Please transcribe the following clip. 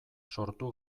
sortu